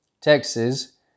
Texas